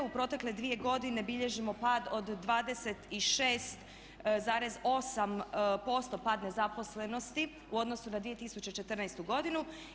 U protekle dvije godine bilježimo pad od 26,8% pad nezaposlenosti u odnosu na 2014. godinu.